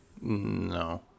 No